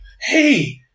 hey